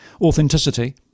authenticity